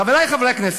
חברי חברי הכנסת,